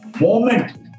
moment